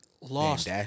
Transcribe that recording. lost